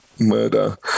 murder